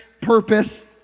purpose